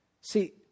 See